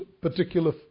particular